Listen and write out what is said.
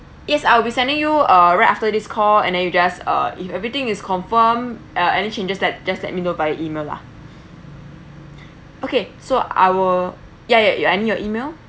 yes I will be sending you uh right after this call and then you just uh if everything is confirm uh any changes that just let me know by email lah okay so I will ya ya I need your email